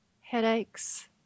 Headaches